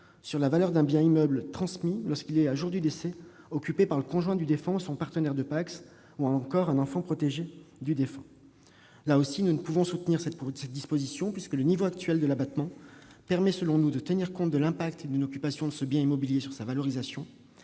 sur la valeur d'un bien immeuble transmis lorsqu'il est, au jour du décès, occupé par le conjoint du défunt ou par son partenaire de Pacs, ou encore par un enfant protégé du défunt. Nous ne pouvons pas davantage soutenir cette disposition : à nos yeux, le niveau actuel de l'abattement permet de tenir compte de l'impact d'une occupation de ce bien immobilier sur sa valorisation.